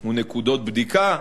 או נקודות בדיקה,